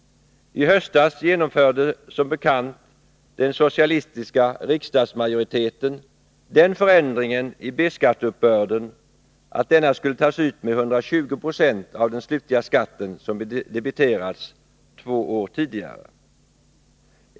I höstas genomförde som bekant den socialistiska riksdagsmajoriteten den förändringen i B-skatteuppbörden att denna skulle tas ut med 120 90 av den slutliga skatten som debiterats två år tidigare.